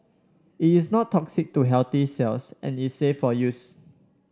it is not toxic to healthy cells and is safe of use